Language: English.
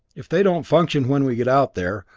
if they don't function when we get out there,